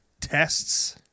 tests